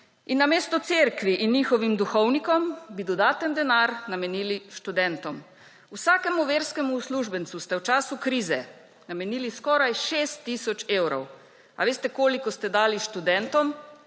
In namesto Cerkvi in njihovim duhovnikom bi dodatni denar namenili študentom. Vsakemu verskemu uslužbencu ste v času krize namenili skoraj 6 tisoč evrov. Ali veste, koliko ste dali študentom?